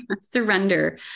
Surrender